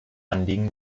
anliegen